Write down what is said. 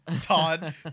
Todd